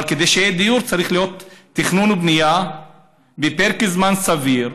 אבל כדי שיהיה דיור צריך להיות תכנון ובנייה בפרק זמן סביר,